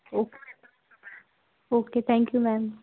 okay okay thank you ma'am